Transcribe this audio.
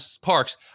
Parks